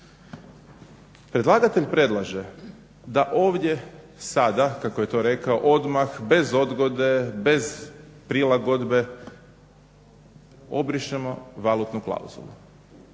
Predlagatelj predlaže da ovdje sada kako je to rekao odmah bez odgode, bez prilagodbe obrišemo valutnu klauzulu.